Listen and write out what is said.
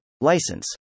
license